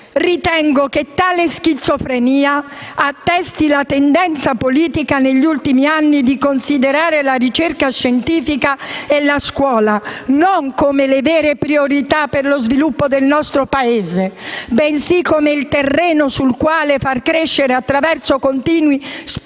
Ritengo che una tale schizofrenia attesti la tendenza della politica negli ultimi anni a considerare la ricerca scientifica e la scuola non come le vere priorità per lo sviluppo del nostro Paese, bensì come il terreno sul quale far crescere, attraverso continui *spot*,